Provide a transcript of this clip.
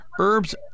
herbs